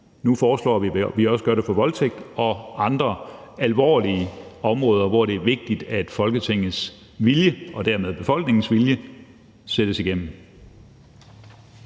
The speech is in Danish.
nu foreslår vi, at man også gør det med hensyn til voldtægt og andre alvorlige områder, hvor det er vigtigt, at Folketingets vilje og dermed befolkningens vilje sættes igennem.